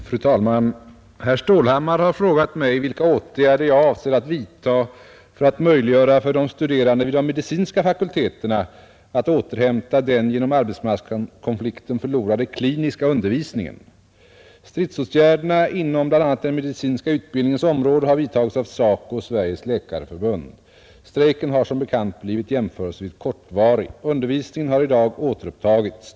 Fru talman! Herr Stålhammar har frågat mig vilka åtgärder jag avser att vidta för att möjliggöra för de studerande vid de medicinska fakulteterna att återhämta den genom arbetsmarknadskonflikten förlorade kliniska undervisningen. Stridsåtgärder inom bl.a. den medicinska utbildningens område har vidtagits av SACO och Sveriges läkarförbund. Strejken har som bekant blivit jämförelsevis kortvarig. Undervisningen har i dag återupptagits.